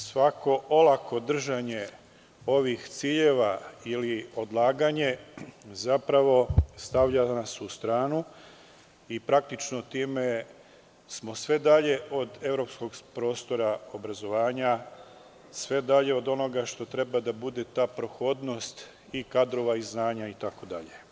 Svako olako držanje ovih ciljeva ili odlaganje zapravo nas stavlja u stranu i praktično time smo sve dalje od evropskog prostora obrazovanja, sve dalje od onoga što treba da bude ta prohodnost i kadrova i znanja itd.